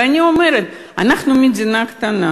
ואני אומרת: אנחנו מדינה קטנה